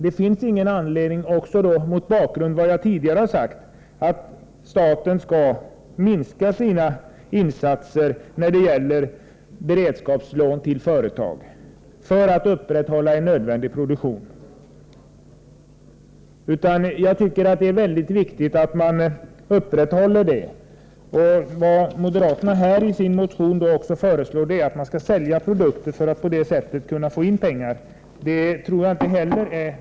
Mot bakgrund av vad jag tidigare har sagt finns det ingen anledning att staten skall minska sina insatser när det gäller beredskapslån till företag för att upprätthålla en nödvändig produktion. Jag tycker att det är mycket viktigt att denna produktion upprätthålls. Vad moderaterna dessutom föreslår i sin motion är att man skall sälja produkter för att på det sättet kunna få in pengar. Det tror jag inte heller är bra.